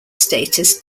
status